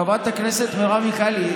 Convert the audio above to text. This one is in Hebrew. חברת הכנסת מרב מיכאלי,